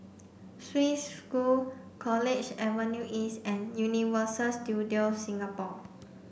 Swiss School College Avenue East and Universal Studios Singapore